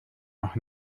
noch